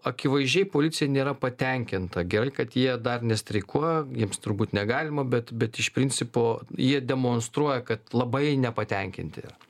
akivaizdžiai policija nėra patenkinta gerai kad jie dar nestreikuoja jiems turbūt negalima bet bet iš principo jie demonstruoja kad labai nepatenkinti yra